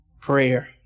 prayer